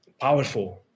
powerful